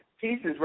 Pieces